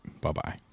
Bye-bye